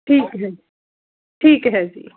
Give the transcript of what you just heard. ਠੀਕ ਹੈ ਠੀਕ ਹੈ ਜੀ